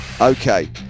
Okay